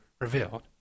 revealed